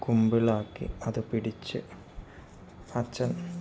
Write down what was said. കുമ്പിളാക്കി അതു പിടിച്ച് അച്ഛൻ